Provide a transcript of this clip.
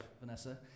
Vanessa